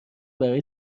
برای